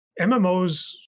MMOs